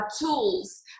tools